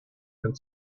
and